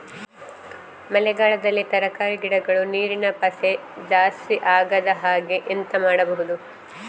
ಮಳೆಗಾಲದಲ್ಲಿ ತರಕಾರಿ ಗಿಡಗಳು ನೀರಿನ ಪಸೆ ಜಾಸ್ತಿ ಆಗದಹಾಗೆ ಎಂತ ಮಾಡುದು?